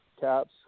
Caps